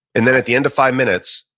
and then at the end of five minutes,